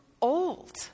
old